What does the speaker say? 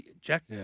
Jack